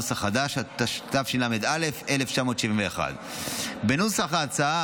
התשל"א 1971. בנוסף,